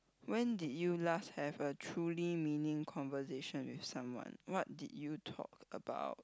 when did you last have a truly meaning conversation with someone what did you talk about